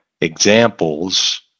examples